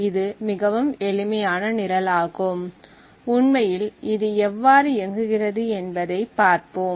இது மிகவும் எளிமையான நிரலாகும் உண்மையில் இது எவ்வாறு இயங்குகிறது என்பதைப் பார்ப்போம்